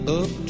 up